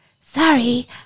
sorry